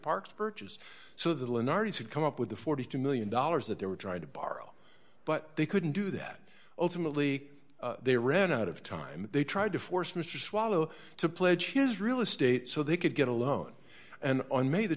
park purchase so the leonardo's had come up with the forty two million dollars that they were trying to borrow but they couldn't do that ultimately they ran out of time they tried to force mr swallow to pledge his real estate so they could get a loan and on may the